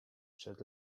przed